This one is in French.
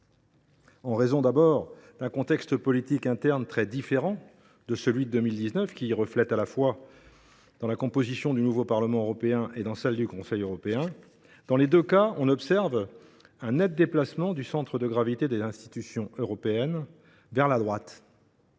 en raison d’un contexte politique interne très différent de celui de 2019, qui se reflète à la fois dans la composition du nouveau Parlement européen et dans celle du Conseil européen. Dans les deux cas, on observe un net déplacement du centre de gravité des institutions européennes vers la droite